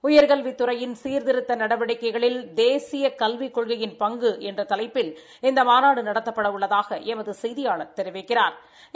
உபர்கல்வித் துறையின் சீர்திருத்த நடவடிக்கைகளில் தேசிய கல்விக் கொள்கையின் பங்கு என்ற தலைப்பில் இந்த மாநாடு நடத்தப்பட உள்ளதாக எமது செய்தியாளா் தெரிவிக்கிறாா்